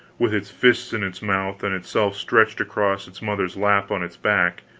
with its fists in its mouth and itself stretched across its mother's lap on its back,